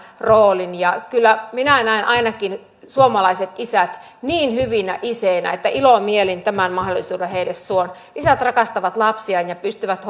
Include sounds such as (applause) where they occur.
roolin ja kyllä minä näen ainakin suomalaiset isät niin hyvinä isinä että ilomielin tämän mahdollisuuden heille suon isät rakastavat lapsiaan ja pystyvät (unintelligible)